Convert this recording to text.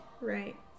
right